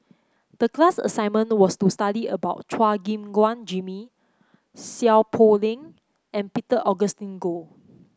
the class assignment was to study about Chua Gim Guan Jimmy Seow Poh Leng and Peter Augustine Goh